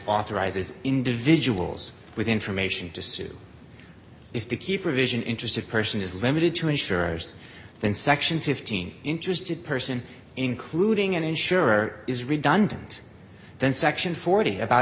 authorizes individuals with information to sue if the key provision interested person is limited to insurers then section fifteen interested person including an insurer is redundant then section forty about